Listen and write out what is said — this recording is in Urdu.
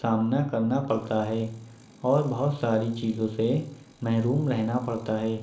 سامنا کرنا پڑتا ہے اور بہت ساری چیزوں سے محروم رہنا پڑتا ہے